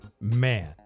Man